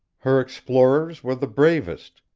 her explorers were the bravest,